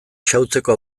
xahutzeko